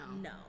No